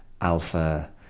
alpha